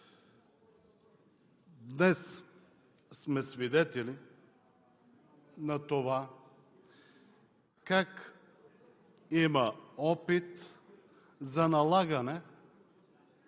Днес сме свидетели на това как има опит за налагане